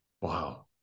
wow